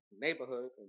neighborhood